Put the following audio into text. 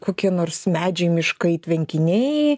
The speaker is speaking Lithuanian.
kokie nors medžiai miškai tvenkiniai